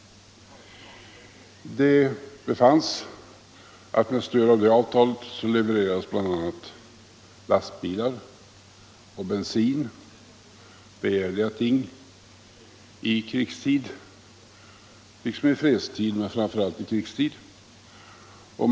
Det befanns att man med stöd av avtalet levererade bl.a. lastbilar och — Nr 113 bensin, som även i fredstid men framför allt i krigstid är begärliga ting.